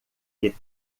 que